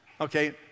Okay